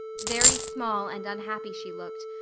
very small and unhappy she looked,